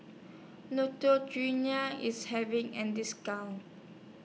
IS having An discount